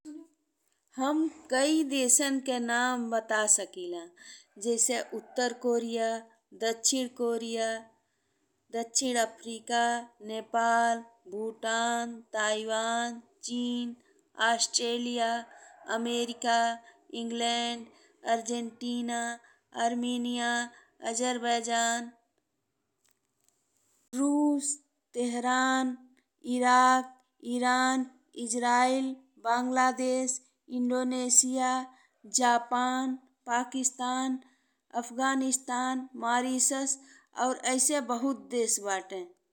हम कई देशन के नाम बता सकिला जैसे उत्तर कोरिया, दक्षिण कोरिया, नेपाल, भूटान, ताइवान, चीन, Australia, America, England, Argentina, Armenia, Azerbaijan, रूस, Tehran, Iraq, Iran, Israel, Bangladesh, Indonesia, Japan, Pakistan, Afghanistan, Mauritius और अइसे बहुत देश बाटे।